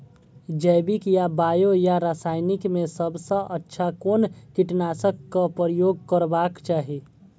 जैविक या बायो या रासायनिक में सबसँ अच्छा कोन कीटनाशक क प्रयोग करबाक चाही?